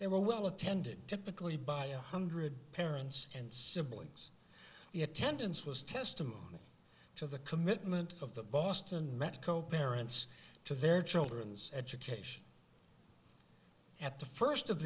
they were well attended typically by a hundred parents and siblings the attendance was testimony to the commitment of the boston met co parents to their children's education at the first of